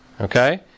Okay